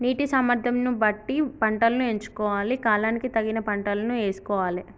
నీటి సామర్థ్యం ను బట్టి పంటలను ఎంచుకోవాలి, కాలానికి తగిన పంటలను యేసుకోవాలె